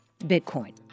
Bitcoin